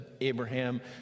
Abraham